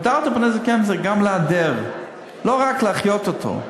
"הדרת פני זקן" זה גם להדר, לא רק להחיות אותו.